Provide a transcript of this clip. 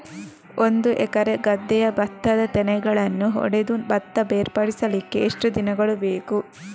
ಒಂದು ಎಕರೆ ಗದ್ದೆಯ ಭತ್ತದ ತೆನೆಗಳನ್ನು ಹೊಡೆದು ಭತ್ತ ಬೇರ್ಪಡಿಸಲಿಕ್ಕೆ ಎಷ್ಟು ದಿನಗಳು ಬೇಕು?